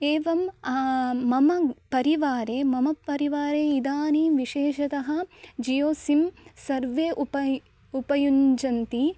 एवं मम परिवारे मम परिवारे इदानीं विशेषतः जियो सिं सर्वे उपय उपयुञ्जन्ति